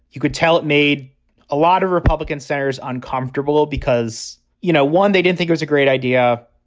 you could tell it made a lot of republican senators uncomfortable because, you know, one they didn't think was a great idea.